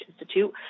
Institute